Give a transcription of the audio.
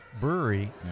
brewery